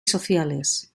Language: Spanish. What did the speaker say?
sociales